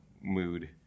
mood